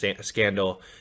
scandal